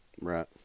Right